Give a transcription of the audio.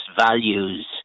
values